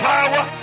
Power